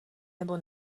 nebo